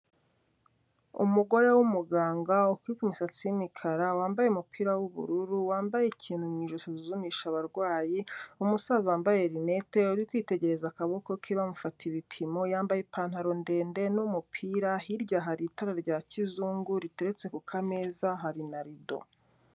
Umugore w'umuganga ufite umusatsi w'umukara, wambaye umupira w'ubururu, wambaye ikintu mu ijosi asuzumisha abarwayi, umusaza wambaye lineti uri kwitegereza akaboko ke bamufata ibipimo, yambaye ipantaro ndende n'umupira, hirya hari itara rya kizungu riteretse ku kameza, hari na rido.